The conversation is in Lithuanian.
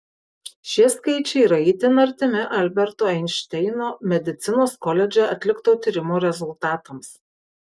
šie skaičiai yra itin artimi alberto einšteino medicinos koledže atlikto tyrimo rezultatams